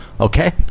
Okay